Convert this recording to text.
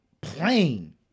plain